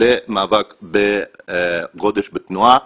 למאבק בגודש בתנועה,